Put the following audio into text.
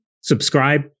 subscribe